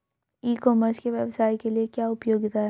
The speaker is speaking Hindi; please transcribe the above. ई कॉमर्स के व्यवसाय के लिए क्या उपयोगिता है?